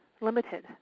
limited